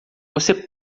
você